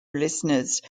listeners